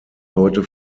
heute